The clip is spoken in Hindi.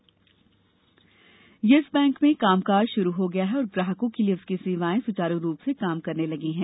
यस बैंक येस बैंक में कामकाज शुरू हो गया है और ग्राहकों के लिए उसकी सेवाएं सुचारू रूप से काम करने लगी हैं